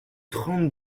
trente